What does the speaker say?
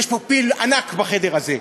יש פה פיל ענק בחדר הזה,